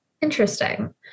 Interesting